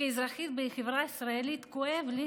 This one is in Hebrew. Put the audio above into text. וכאזרחית בחברה הישראלית, כואב לי